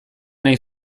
nahi